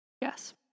Yes